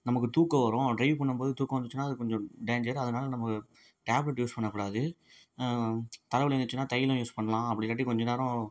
நமக்கு தூக்கம் வரும் ட்ரைவ் பண்ணும் போது தூக்கம் வந்துச்சுன்னா அது கொஞ்சம் டேஞ்சர் அதனாலே நமக்கு டேப்லெட் யூஸ் பண்ணக்கூடாது தலைவலி வந்துச்சின்னா தைலம் யூஸ் பண்ணலாம் அப்படி இல்லாட்டி கொஞ்சம் நேரம்